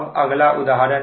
अब अगला उदाहरण